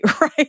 Right